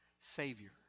Savior